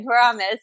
promise